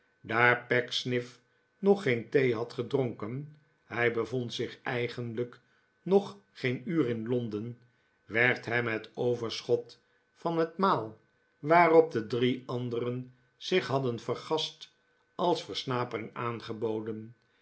daar pecksniff nog geen thee had gedronken hij bevond zich eigenlijk nog geen uur in londen werd hem het overschot van het maal waarop de drie anderen zich hadden vergast als versnapering aangeboden